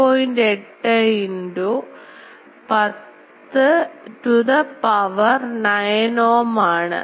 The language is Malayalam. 8 into 10 to the power 9 ohm ആണ്